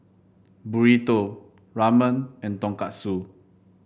Burrito Ramen and Tonkatsu